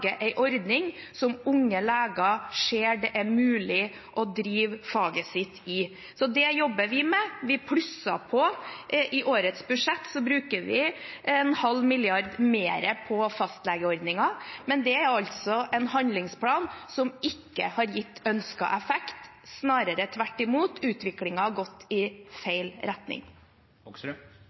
ordning der unge leger ser det er mulig å drive faget sitt. Så det jobber vi med. Vi plusset på, og i årets budsjett bruker vi en halv milliard mer på fastlegeordningen, men det er altså en handlingsplan som ikke har gitt ønsket effekt – snarere tvert imot. Utviklingen har gått i feil retning.